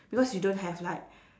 because you don't have like